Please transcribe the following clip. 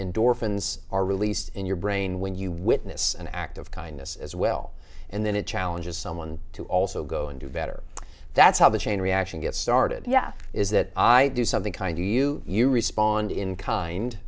endorphins are released in your brain when you witness an act of kindness as well and then it challenges someone to also go and do better that's how the chain reaction gets started yet is that i do something kind to you you respond in kind